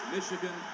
Michigan